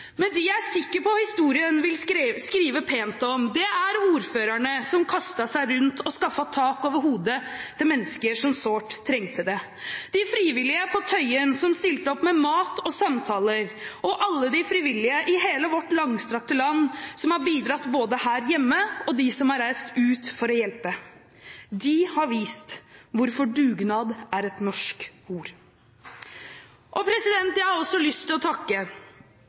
Men dem jeg er sikker på at historien vil skrive pent om, er ordførerne som kastet seg rundt og skaffet tak over hodet til mennesker som sårt trengte det, de frivillige på Tøyen som stilte opp med mat og samtaler, og alle de frivillige i hele vårt langstrakte land, både de som har bidratt her hjemme, og de som har reist ut for å hjelpe. De har vist hvorfor «dugnad» er et norsk ord. Jeg har også lyst til å takke